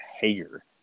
Hager